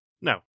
No